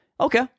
okay